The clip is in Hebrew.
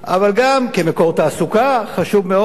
אבל גם כמקור תעסוקה חשוב מאוד,